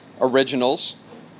originals